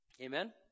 Amen